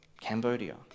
Cambodia